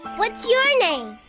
what's your name?